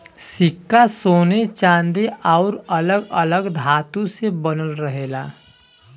सिक्का सोने चांदी आउर अलग अलग धातु से बनल रहेला